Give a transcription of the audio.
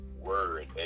word